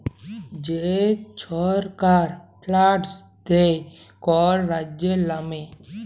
যে ছরকার ফাল্ড দেয় কল রাজ্যের লামে